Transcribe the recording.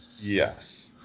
Yes